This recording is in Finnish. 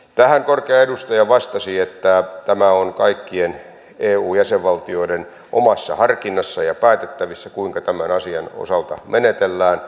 tähän korkea edustaja vastasi että tämä on kaikkien eu jäsenvaltioiden omassa harkinnassa ja päätettävissä kuinka tämän asian osalta menetellään